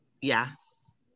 Yes